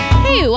Hey